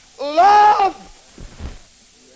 Love